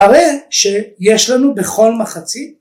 ‫הרי שיש לנו בכל מחצית...